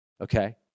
okay